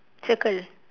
circle